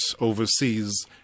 overseas